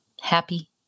happy